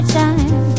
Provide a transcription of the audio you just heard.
time